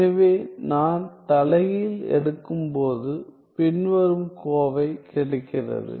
எனவே நான் தலைகீழ் எடுக்கும்போது பின்வரும் கோவை கிடைக்கிறது